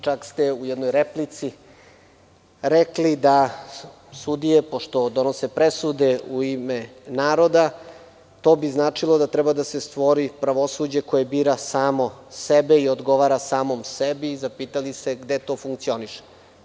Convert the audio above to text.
Čak ste u jednoj replici rekli da sudije pošto donose presude u ime naroda, to bi značilo da treba da se stvori pravosuđe koje bira samo sebe i odgovara samom sebi i zapitali se gde to funkcioniše.